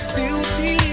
beauty